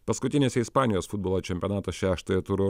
paskutinėse ispanijos futbolo čempionato šeštojo turo